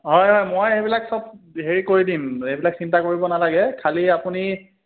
হয় হয় মই সেইবিলাক চব হেৰি কৰি দিম এইবিলাক চিন্তা কৰিব নালাগে খালী আপুনি